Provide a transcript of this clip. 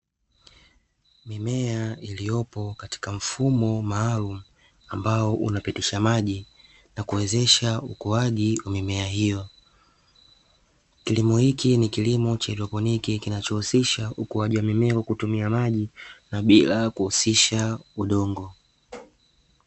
Mimea iliyopo katika mfumo maalumu ambao unapitisha maji na kuwezesha ukuaji wa mimea hiyo kilimo hiki ni kilimo cha haidroponiki kinachohusisha ukuaji mimea kwa kutumia maji na bila kuhusisha udongo.